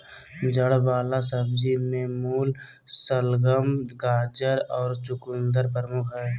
जड़ वला सब्जि में मूली, शलगम, गाजर और चकुंदर प्रमुख हइ